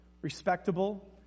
respectable